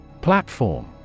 Platform